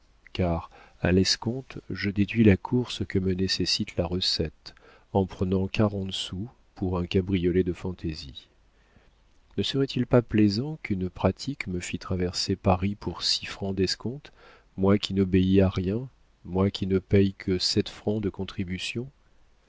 car à l'escompte je déduis la course que me nécessite la recette en prenant quarante sous pour un cabriolet de fantaisie ne serait-il pas plaisant qu'une pratique me fît traverser paris pour six francs d'escompte moi qui n'obéis à rien moi qui ne paye que sept francs de contributions